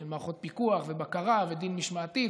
של מערכות פיקוח ובקרה ודין משמעתי,